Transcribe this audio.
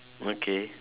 okay